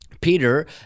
Peter